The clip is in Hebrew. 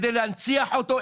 להנציח אותו,